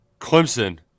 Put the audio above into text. Clemson